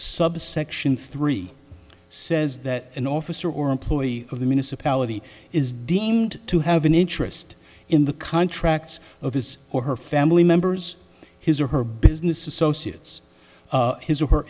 subsection three says that an officer or employee of the municipality is deemed to have an interest in the contracts of his or her family members his or her business associates his or her